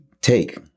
Take